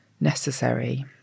necessary